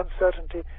uncertainty